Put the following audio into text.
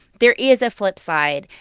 there is a flip side.